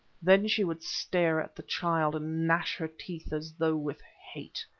then she would stare at the child and gnash her teeth as though with hate.